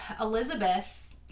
Elizabeth